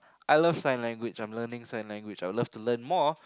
I love sign language I'm learning sign language I would love to learn more